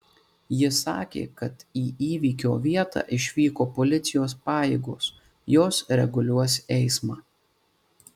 ji sakė kad į įvykio vietą išvyko policijos pajėgos jos reguliuos eismą